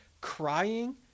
crying